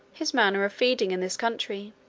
his manner of feeding in this country.